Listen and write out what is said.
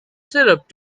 syrup